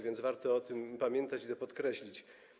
Warto o tym pamiętać i to podkreślić.